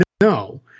No